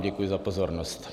Děkuji vám za pozornost.